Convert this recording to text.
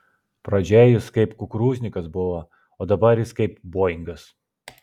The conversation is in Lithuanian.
pradžioje jis kaip kukurūznikas buvo o dabar jis kaip boingas